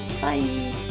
Bye